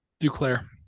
Duclair